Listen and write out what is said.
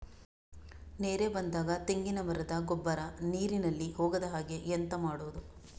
ನೆರೆ ಬಂದಾಗ ತೆಂಗಿನ ಮರದ ಗೊಬ್ಬರ ನೀರಿನಲ್ಲಿ ಹೋಗದ ಹಾಗೆ ಎಂತ ಮಾಡೋದು?